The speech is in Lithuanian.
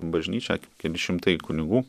bažnyčia keli šimtai kunigų